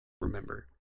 remember